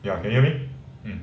ya can hear me mm